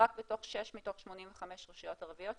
רק בתוך שש מתוך 85 רשויות ערביות,